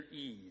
ease